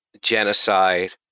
genocide